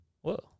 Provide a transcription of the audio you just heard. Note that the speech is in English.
Whoa